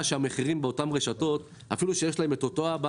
המחירים במקומות כאלו הם שונים מהרשתות אפילו שיש להם את אותו האב.